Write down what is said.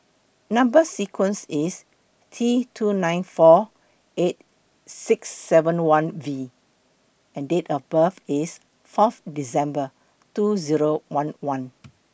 Number sequence IS T two nine four eight six seven one V and Date of birth IS four December two Zero one one